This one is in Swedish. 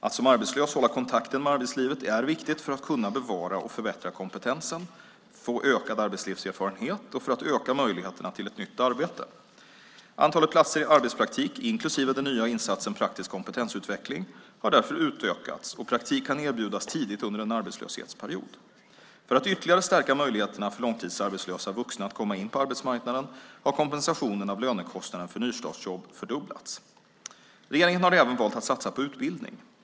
Att som arbetslös hålla kontakten med arbetslivet är viktigt för att kunna bevara och förbättra kompetensen, få ökad arbetslivserfarenhet och för att öka möjligheterna till ett nytt arbete. Antalet platser i arbetspraktik, inklusive den nya insatsen praktisk kompetensutveckling, har därför utökats och praktik kan erbjudas tidigt under en arbetslöshetsperiod. För att ytterligare stärka möjligheterna för långtidsarbetslösa vuxna att komma in på arbetsmarknaden har kompensationen av lönekostnaden för nystartsjobb fördubblats. Regeringen har även valt att satsa på utbildning.